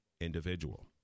individual